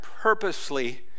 purposely